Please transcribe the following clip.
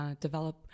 develop